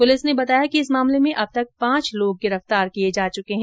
police ने बताया कि इस मामले में अब तक पांच लोगो को गिरफ्तार किया जा चुका हैं